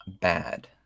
bad